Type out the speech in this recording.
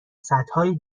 سدهای